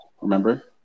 remember